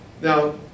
Now